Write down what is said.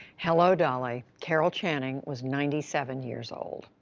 hello, dolly! carol channing was ninety seven years old.